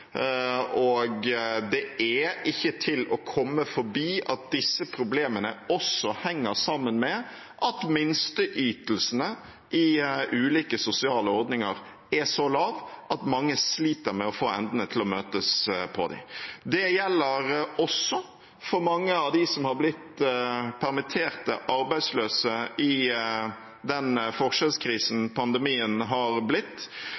Det er ikke til å komme forbi at disse problemene også henger sammen med at minsteytelsene i ulike sosiale ordninger er så lave at mange sliter med å få endene til å møtes. Det gjelder også for mange av dem som har blitt permittert eller arbeidsløs i den forskjellskrisen pandemien har blitt.